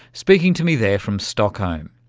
speaking to me there from stockholm.